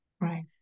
Right